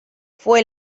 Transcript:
fue